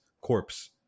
corpse